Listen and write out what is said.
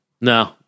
No